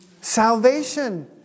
Salvation